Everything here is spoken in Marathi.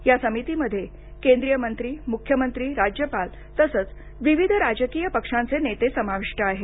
या समितीमध्ये केंद्रीय मंत्री मुख्यमंत्री राज्यपाल तसंच विविध राजकीय पक्षांचे नेते समाविष्ट आहेत